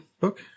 book